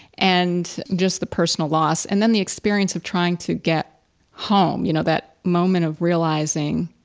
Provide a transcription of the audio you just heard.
and just the personal loss and then the experience of trying to get home you know, that moment of realizing,